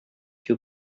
you